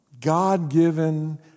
God-given